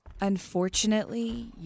Unfortunately